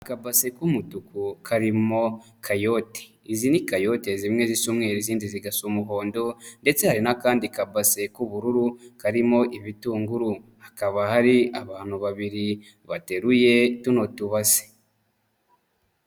Agabasi k'umutuku karimo kayoti. Izi ni kayote zimwe zisa umweru, izindi zigasa umuhondo ndetse hari n'akandi kabase k'ubururu, karimo ibitunguru. Hakaba hari abantu babiri bateruye tuno tubaze.